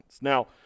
Now